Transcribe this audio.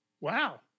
Wow